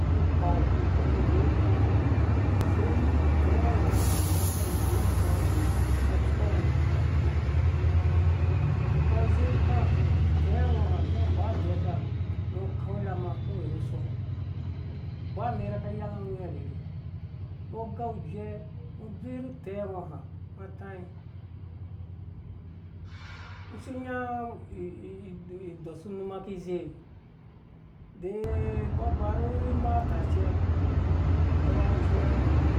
Zi khau nu uyei kobo sei utɛ ngɔ ha nga za ayei imanga na tsuka ngɔ zi khauba zi ukaa utɛ ngɔ ha za wha adeka ngɔ khau irham kawai nu soko banerha ka yang awhing rherhe mbɔgai igwɛɛ ngɔ. dzowe nu utɛ ngɔha nga ataing ngɔ si nyango idopu numa ki zi de ba ba rhu imata cɛ agwhɛkaciya